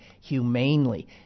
humanely